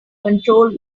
control